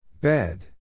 Bed